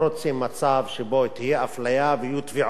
תהיה אפליה ויהיו תביעות נגד האפליה,